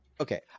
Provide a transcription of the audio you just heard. okay